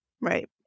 Right